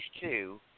two